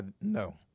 No